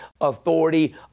authority